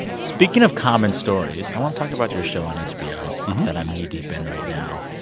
speaking of common stories, i want to talk about your show on hbo that i'm knee-deep in right now.